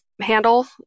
handle